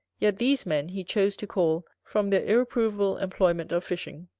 yet these men he chose to call from their irreprovable employment of fishing,